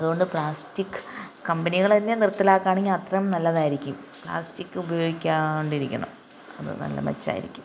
അതു കൊണ്ട് പ്ലാസ്റ്റിക്ക് കമ്പനികൾ തന്നെ നിർത്തലാക്കാണെങ്കിൽ അത്രയും നല്ലതായിരിക്കും പ്ലാസ്റ്റിക്ക് ഉപയോഗിക്കാണ്ടിരിക്കണം അതു നല്ല മെച്ചമായിരിക്കും